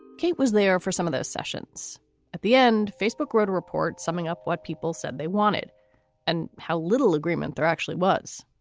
kate was there for some of those sessions at the end, facebook wrote a report summing up what people said they wanted and how little agreement there actually was.